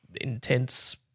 intense